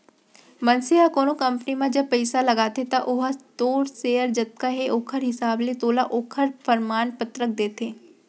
मनसे ह कोनो कंपनी म जब पइसा लगाथे त ओहा तोर सेयर जतका हे ओखर हिसाब ले तोला ओखर परमान पतरक देथे